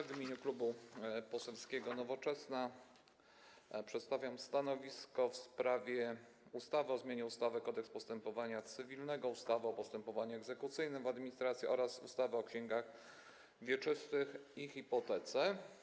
W imieniu Klubu Poselskiego Nowoczesna przedstawiam stanowisko w sprawie ustawy o zmianie ustawy Kodeks postępowania cywilnego, ustawy o postępowaniu egzekucyjnym w administracji oraz ustawy o księgach wieczystych i hipotece.